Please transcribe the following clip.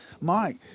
Mike